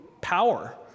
power